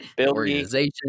organization